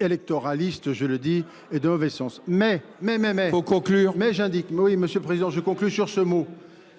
électoralistes, je le dis, et de mauvais sens. Mais, mais, mais, mais... Faut conclure. Mais, j'indique. Mais oui, monsieur le Président, je conclue sur ce mot.